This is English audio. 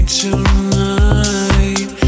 tonight